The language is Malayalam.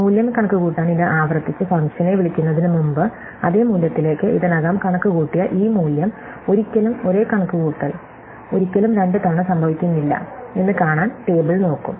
മൂല്യം കണക്കുകൂട്ടാൻ ഇത് ആവർത്തിച്ച് ഫംഗ്ഷനെ വിളിക്കുന്നതിനുമുമ്പ് അതേ മൂല്യത്തിലേക്ക് ഇതിനകം കണക്കുകൂട്ടിയ ഈ മൂല്യം ഒരിക്കലും ഒരേ കണക്കുകൂട്ടൽ ഒരിക്കലും രണ്ടുതവണ സംഭവിക്കുന്നില്ലേ എന്ന് കാണാൻ ടേബിൾ നോക്കും